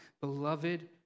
Beloved